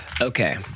Okay